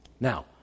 Now